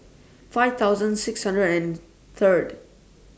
five thousand six hundred and Third